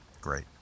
Great